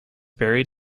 buried